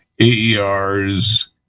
AER's